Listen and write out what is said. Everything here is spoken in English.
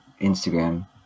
Instagram